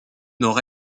nord